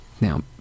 Now